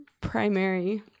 primary